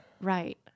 right